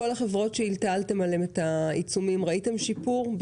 בכל החברות שהטלתם עליהן את העיצומים ראיתם שיפור?